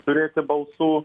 turėti balsų